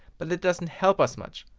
but that doesn't help us much.